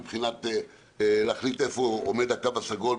מבחינת להחליט איפה עומד התו הסגול,